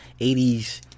80s